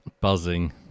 Buzzing